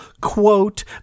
quote